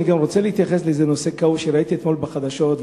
אני רוצה להתייחס גם לאיזה נושא כאוב שראיתי אתמול בחדשות,